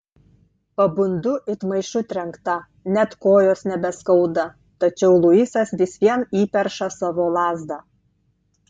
pabundu it maišu trenkta net kojos nebeskauda tačiau luisas vis vien įperša savo lazdą